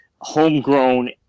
homegrown